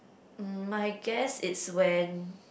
mm my guess it's when